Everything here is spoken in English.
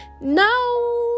no